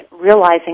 realizing